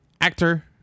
actor